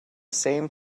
same